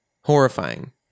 Horrifying